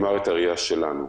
אומר את הראייה שלנו,